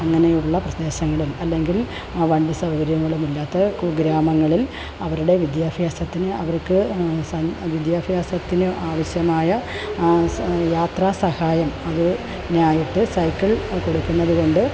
അങ്ങനെയുള്ള പ്രദേശങ്ങളും അല്ലെങ്കിൽ വണ്ടി സൗകര്യങ്ങളുമില്ലാത്ത കുഗ്രാമങ്ങളിൽ അവരുടെ വിദ്യാഭ്യാസത്തിന് അവർക്ക് സ വിദ്യാഭ്യാസത്തിന് ആവശ്യമായ സ യാത്രാ സഹായം അതിനായിട്ട് സൈക്കിൾ കൊടുക്കുന്നതുകൊണ്ട്